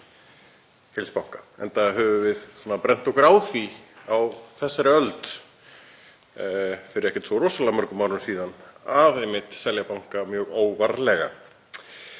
heils banka enda höfum við brennt okkur á því á þessari öld, fyrir ekkert rosalega mörgum árum síðan, að selja banka mjög óvarlega.